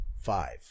five